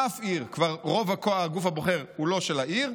באף עיר רוב הגוף הבוחר הוא לא של העיר,